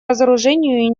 разоружению